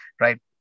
Right